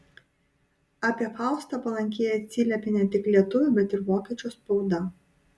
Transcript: apie faustą palankiai atsiliepė ne tik lietuvių bet ir vokiečių spauda